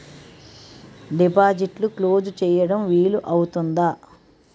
డిపాజిట్లు క్లోజ్ చేయడం వీలు అవుతుందా?